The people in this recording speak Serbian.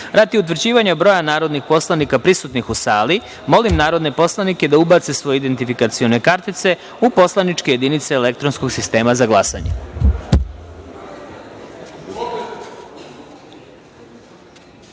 utvrđivanja broja narodnih poslanika prisutnih u sali, molim narodne poslanike da ubace svoje identifikacione kartice u poslaničke jedinice elektronskog sistema za